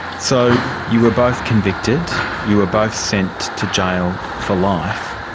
so, you were both convicted, you were both sent to jail for life.